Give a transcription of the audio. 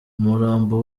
umurambo